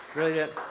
Brilliant